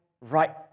right